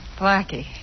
Blackie